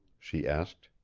she asked.